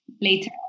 later